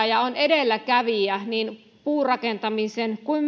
ja on edelläkävijä niin puurakentamisen kuin